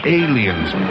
aliens